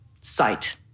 sight